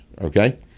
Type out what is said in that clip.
okay